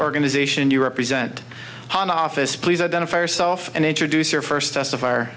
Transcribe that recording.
organization you represent an office please identify yourself and introduce your first test of our